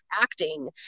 acting